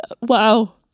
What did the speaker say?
Wow